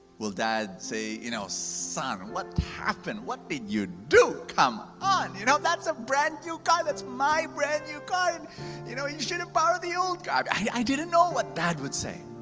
will dad say, you know son, what happened? what did you do? come on. you know, that's a brand new car. that's my brand new car. and you know, you should borrow the old car. i didn't know what dad would say.